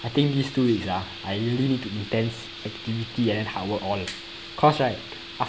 I think these two weeks ah I really need to intense activity and then hard work on cause right